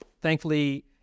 thankfully